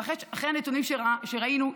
ואחרי הנתונים שראינו,